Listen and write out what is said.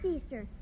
Easter